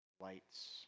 Lights